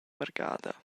vargada